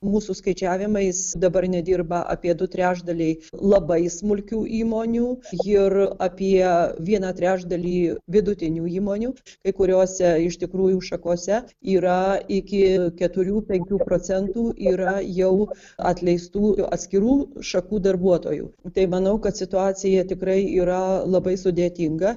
mūsų skaičiavimais dabar nedirba apie du trečdaliai labai smulkių įmonių ir apie vieną trečdalį vidutinių įmonių kai kuriose iš tikrųjų šakose yra iki keturių penkių procentų yra jau atleistųjų atskirų šakų darbuotojų tai manau kad situacija tikrai yra labai sudėtinga